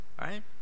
right